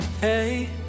hey